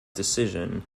decision